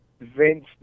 Vince